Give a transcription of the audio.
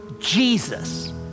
Jesus